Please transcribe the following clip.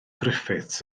griffiths